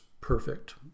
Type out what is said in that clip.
perfect